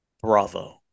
Bravo